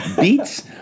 beats